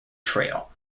trail